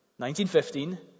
1915